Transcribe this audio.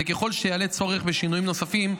וככל שיעלה צורך בשינויים נוספים,